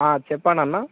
చెప్పండి అన్నా